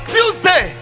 Tuesday